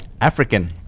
African